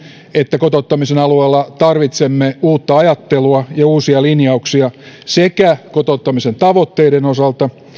että kotouttamisen alueella tarvitsemme uutta ajattelua ja uusia linjauksia sekä kotouttamisen tavoitteiden osalta